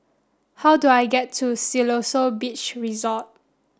how do I get to Siloso Beach Resort